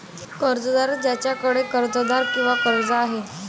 कर्जदार ज्याच्याकडे कर्जदार किंवा कर्ज आहे